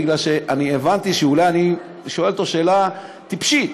בגלל שהבנתי שאולי אני שואל אותו שאלה טיפשית.